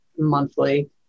monthly